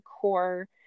core